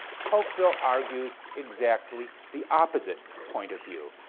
tocqueville argues exactly the opposite point of view.